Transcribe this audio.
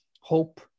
hope